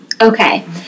Okay